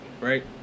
right